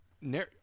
narrow